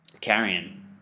Carrion